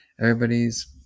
Everybody's